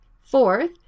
Fourth